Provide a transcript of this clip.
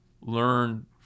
learn